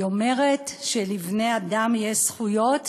והיא אומרת שלבני-אדם יש זכויות